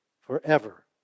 forever